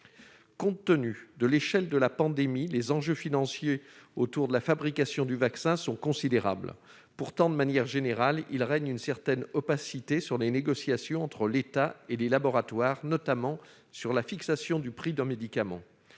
Compte tenu de l'échelle de la pandémie, les enjeux financiers liés à la fabrication d'un vaccin sont considérables. Il règne pourtant, de manière générale, une certaine opacité sur les négociations entre l'État et les laboratoires, notamment sur la fixation du prix d'un médicament.